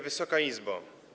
Wysoka Izbo!